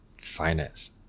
finance